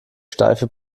steife